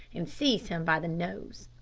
and seized him by the nose.